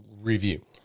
review